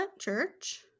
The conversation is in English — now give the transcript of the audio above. church